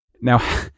Now